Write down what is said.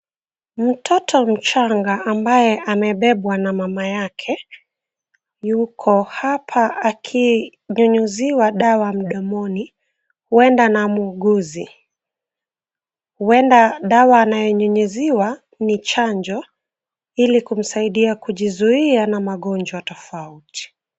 Mtoto mchanga ambaye amebebwa na mama yake, yuko hapa akinyunyiziwa dawa mdomoni, huenda na muuguzi. Huenda dawa anayonyunyiziwa ni chanjo, ili kumsaidia kujizuia na magonjwa tofauti.